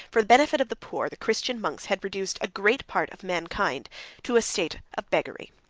for the benefit of the poor, the christian monks had reduced a great part of mankind to a state of beggary.